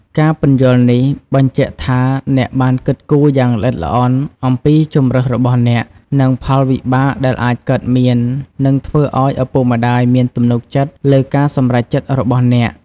ការពន្យល់នេះ បញ្ជាក់ថាអ្នកបានគិតគូរយ៉ាងល្អិតល្អន់អំពីជម្រើសរបស់អ្នក និងផលវិបាកដែលអាចកើតមាន នឹងធ្វើឲ្យឪពុកម្ដាយមានទំនុកចិត្តលើការសម្រេចចិត្តរបស់អ្នក។